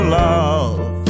love